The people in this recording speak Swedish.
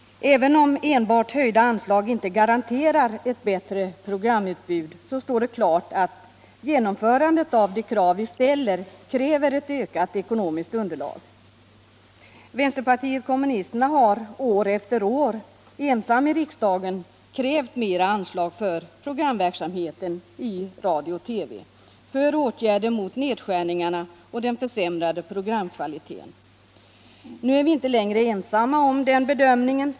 Även om enbart höjda anslag inte garanterar ett bättre programutbud ' står det klart att genomförandet av de krav vi ställer fordrar ett ökat ckonomiskt underlag. Vänsterpartiet kommunisterna har år efter år varit ensamt om att här i riksdagen kräva större anslag för programverksamheten i radio och TV. för åtgärder mot nedskärningarna och den försämrade programkvaliteten. Nu är vi inte längre ensamma om den bedömningen.